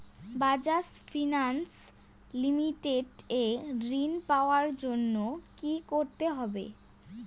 Bajaj finance limited এ ঋন পাওয়ার জন্য কি করতে হবে?